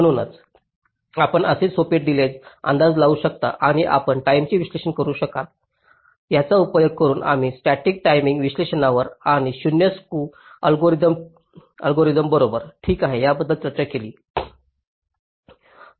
म्हणूनच आपण काही सोपे डिलेज अंदाज लावू शकता आणि आपण टाईमचे विश्लेषण करू शकाल याचा उपयोग करून आम्ही स्टॅटिक टायमिंग विश्लेषणावर आणि 0 स्क्यू अल्गोरिदम बरोबर ठीक आहे याबद्दल चर्चा केली होती